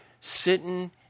sitting